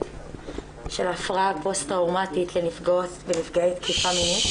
של הפרעה פוסט טראומטית של נפגעות ונפגעי תקיפה מינית.